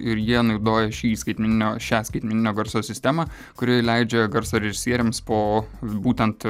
ir jie naudoja šį skaitmeninio šią skaitmeninio garso sistemą kuri leidžia garso režisieriams po būtent